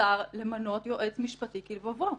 לשר למנות יועץ משפטי כלבבו.